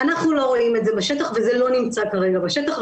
אנחנו לא רואים את זה בשטח וזה לא נמצא כרגע בשטח.